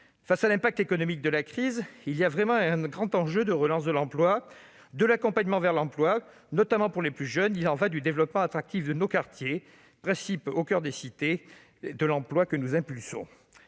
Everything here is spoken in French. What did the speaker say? Face à l'impact économique de la crise, il y a un grand enjeu de relance de l'emploi et d'accompagnement vers l'emploi, notamment pour les plus jeunes : il y va du développement attractif de nos quartiers, principe au coeur des cités de l'emploi, que nous impulsons.